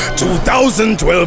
2012